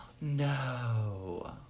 No